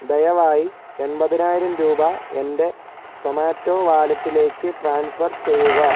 ദയവായി എൺപതിനായിരം രൂപ എൻ്റെ സൊമാറ്റോ വാലറ്റിലേക്ക് ട്രാൻസ്ഫർ ചെയ്യുക